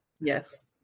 Yes